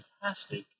fantastic